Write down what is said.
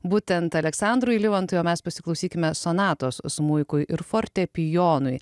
būtent aleksandrui livontui o mes pasiklausykime sonatos smuikui ir fortepijonui